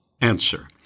answer